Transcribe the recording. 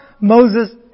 Moses